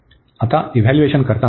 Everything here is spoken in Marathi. आता इव्हाल्युएशन करताना